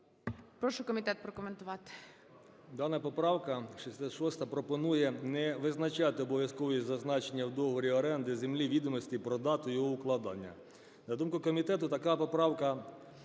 Прошу комітет прокоментувати.